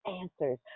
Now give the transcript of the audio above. answers